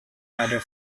other